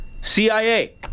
CIA